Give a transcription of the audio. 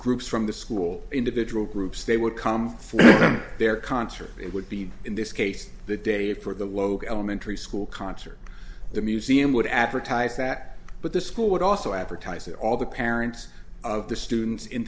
groups from the school individual groups they would come for their concert it would be in this case the day for the local elementary school concert the museum would advertise that but the school would also advertise that all the parents of the students in